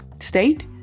state